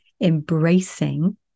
embracing